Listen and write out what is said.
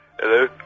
Hello